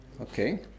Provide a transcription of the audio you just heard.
okay